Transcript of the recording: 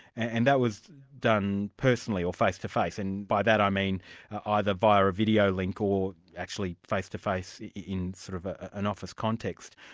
and that was done personally, or face-to-face and by that i mean either via a videolink or actually face-to-face in sort of ah an office context.